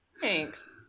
Thanks